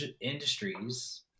industries